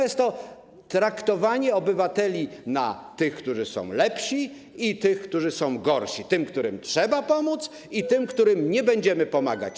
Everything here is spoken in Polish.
Jest to traktowanie obywateli jako tych, którzy są lepsi, i tych, którzy są gorsi; tych, którym trzeba pomóc, i tych, którym nie będziemy pomagać.